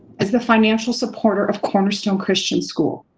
as the financial supporter of cornerstone christian school,